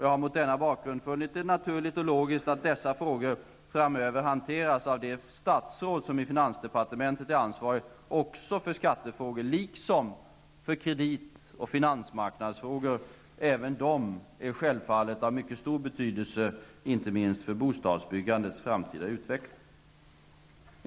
Jag har mot denna bakgrund funnit det naturligt och logiskt att dessa frågor framöver hanteras av det statsråd som i finansdepartementet är ansvarigt också för skattefrågor liksom för kredit och finansmarknadsfrågor. Även de är självklart av stor betydelse inte minst för bostadsbyggandets framtida utveckling.